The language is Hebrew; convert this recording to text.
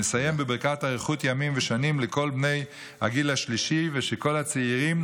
נסיים בברכת אריכות ימים ושנים לכל בני הגיל השלישי ושכל הצעירים